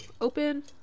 Open